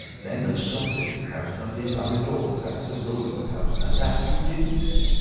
them as stops in this house comes in by the doors that's the rule of the house, and that you didn't do,